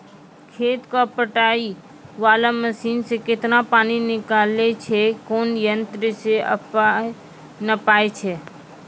खेत कऽ पटाय वाला मसीन से केतना पानी निकलैय छै कोन यंत्र से नपाय छै